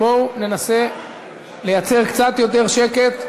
חברים, בואו ננסה לייצר קצת יותר שקט.